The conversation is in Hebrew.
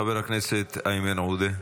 חבר הכנסת איימן עודה,